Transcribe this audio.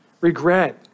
regret